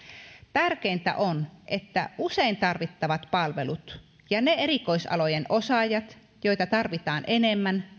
tärkeintä on että usein tarvittavat palvelut ja ne erikoisalojen osaajat joita tarvitaan enemmän